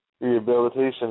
rehabilitation